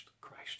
christ